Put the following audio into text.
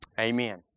Amen